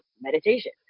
meditation